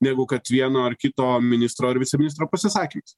negu kad vieno ar kito ministro ar viceministro pasisakymas